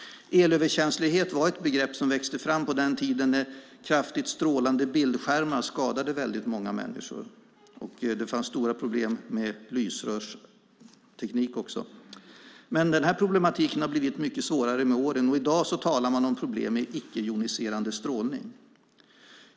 Elöverkänslighet var ett begrepp som växte fram på den tiden när kraftigt strålande bildskärmar skadade väldigt många människor. Det fanns stora problem med lysrörstekniken också. Den här problematiken har blivit mycket svårare med åren, och i dag talar man om problem med icke-joniserande strålning.